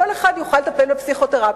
כל אחד יוכל לטפל בפסיכותרפיה.